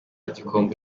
bikombe